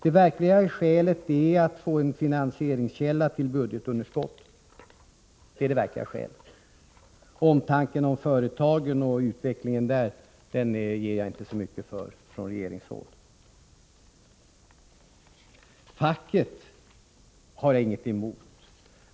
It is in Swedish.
Det verkliga skälet är att man vill få fram en finansieringskälla för att minska budgetunderskottet. Regeringens omtanke om företagen och deras utveckling ger jag inte mycket för. Facket har jag ingenting emot.